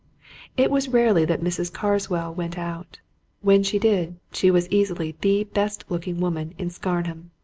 it was rarely that mrs. carswell went out when she did, she was easily the best-looking woman in scarnham.